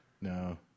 No